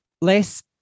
less